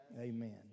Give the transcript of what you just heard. Amen